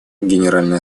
генеральная